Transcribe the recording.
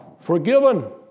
forgiven